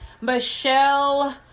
Michelle